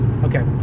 Okay